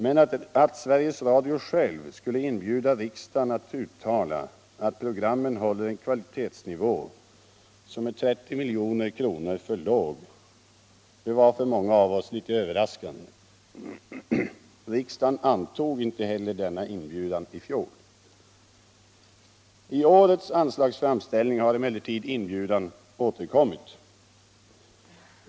Men att Sveriges Radio själv skulle inbjuda riksdagen att uttala att programmen håller en kvalitetsnivå som är 30 milj.kr. för låg var för många av oss litet överraskande. Riksdagen antog inte heller denna inbjudan i fjol. I årets anslagsframställning har emellertid inbjudan återkommit.